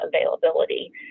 availability